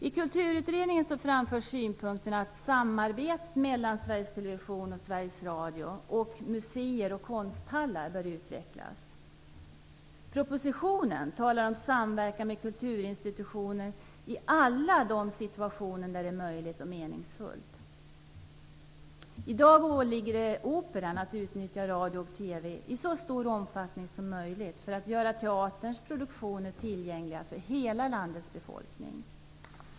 I Kulturutredningen framförs synpunkten att samarbetet mellan Sveriges Television och Sveriges Radio och museer och konsthallar bör utvecklas. Propositionen talar om samverkan med kulturinstitutioner i alla de situationer där det är möjligt och meningsfullt. I dag åligger det Operan att utnyttja radio och TV i så stor omfattning som möjligt för att göra teaterns produktioner tillgängliga för hela landets befolkning.